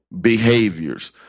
behaviors